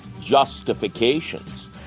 justifications